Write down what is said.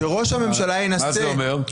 מה זה אומר?